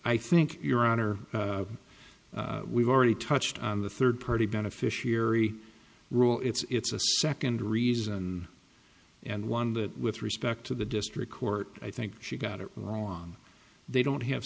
i think your honor we've already touched on the third party beneficiary role it's a second reason and one that with respect to the district court i think she got it wrong they don't have